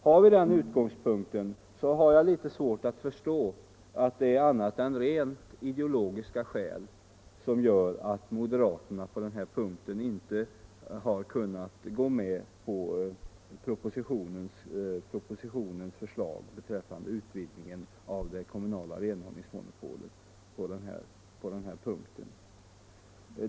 Har vi den utgångspunkten, så är det litet svårt att förstå att det är annat än rent ideologiska skäl som gör att moderaterna inte har kunnat gå med på propositionens förslag beträffande utvidgningen av det kommunala renhållningsmonopolet på den här punkten.